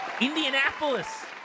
Indianapolis